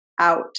out